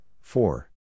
four